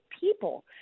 people